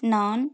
நான்